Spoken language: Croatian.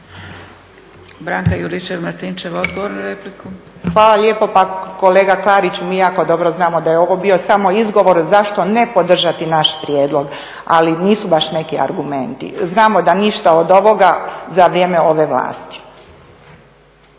**Juričev-Martinčev, Branka (HDZ)** Hvala lijepo. Pa kolega Klarić, mi jako dobro znamo da je ovo bio samo izgovor zašto ne podržati naš prijedlog. Ali nisu baš neki argumenti. Znamo da ništa od ovoga za vrijeme ove vlasti.